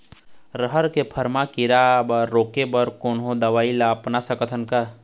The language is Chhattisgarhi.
रहर के फर मा किरा रा रोके बर कोन दवई ला अपना सकथन?